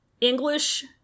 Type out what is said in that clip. English